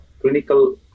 clinical